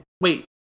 wait